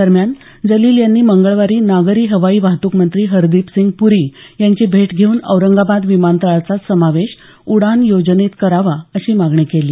दरम्यान जलील यांनी मंगळवारी नागरी हवाई वाहतूक मंत्री हरदीपसिंग प्री यांची भेट घेऊन औरंगाबाद विमानतळाचा समावेश उडान योजनेत करावा अशी मागणी केली